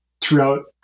throughout